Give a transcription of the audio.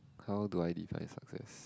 how do I define success